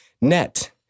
net